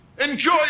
enjoy